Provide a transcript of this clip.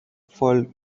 folk